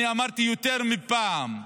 אני אמרתי יותר מפעם: